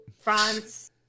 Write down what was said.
France